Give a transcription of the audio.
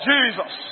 Jesus